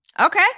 Okay